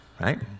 right